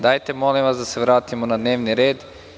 Dajte, molim vas, da se vratimo na dnevni red.